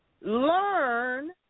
Learn